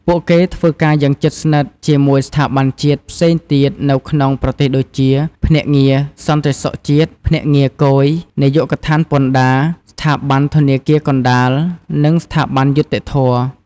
ពួកគេធ្វើការយ៉ាងជិតស្និទ្ធជាមួយ ស្ថាប័នជាតិ ផ្សេងទៀតនៅក្នុងប្រទេសដូចជា ភ្នាក់ងារសន្តិសុខជាតិ ភ្នាក់ងារគយ នាយកដ្ឋានពន្ធដារ ស្ថាប័នធនាគារកណ្តាល និងស្ថាប័នយុត្តិធម៌។